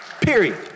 Period